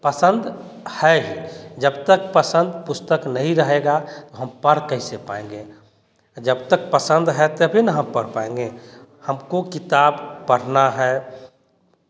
पसंद है ही जब तक पसंद पुस्तक नहीं रहेगा हम पढ़ कैसे पाएँगे जब तक पसंद है तभी न हम पढ़ पाएँगे हमको किताब पढ़ना है